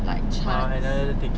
like chance